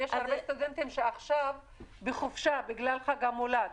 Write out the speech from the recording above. הרבה סטודנטים שעכשיו בחופשה בגלל חג המולד,